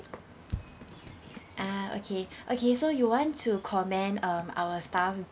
ah okay okay so you want to commend um our staff